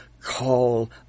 call